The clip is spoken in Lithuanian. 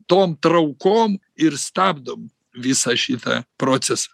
ton traukon ir stabdom visą šitą proces